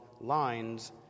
lines